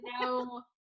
no